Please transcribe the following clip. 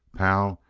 pal,